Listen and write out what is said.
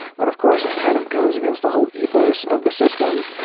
but of course, it kind of goes against the whole ethos of the system,